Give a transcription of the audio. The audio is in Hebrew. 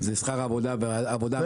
זה שכר עבודה מועדפת.